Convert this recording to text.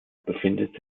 befindet